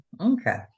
Okay